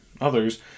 others